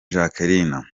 jacqueline